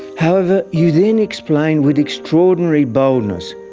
however, you then explain with extraordinary boldness,